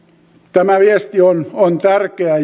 tämä viesti on on tärkeä